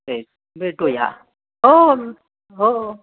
ते भेटुया हो हो हो हो